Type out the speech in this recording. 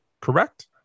correct